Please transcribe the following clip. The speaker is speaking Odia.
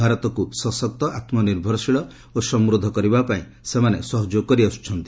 ଭାରତକୁ ସଶକ୍ତ ଆତ୍ମନିର୍ଭରଶୀଳ ଓ ସମୃଦ୍ଧ କରିବା ପାଇଁ ସେମାନେ ସହଯୋଗ କରିଆସୁଛନ୍ତି